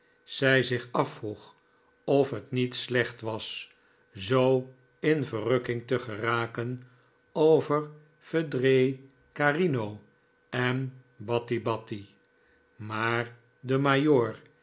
zij zich afvroeg of het niet slecht was zoo in verrukking te geraken over vedrai carino en batti batti maar de